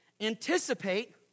anticipate